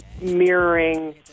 mirroring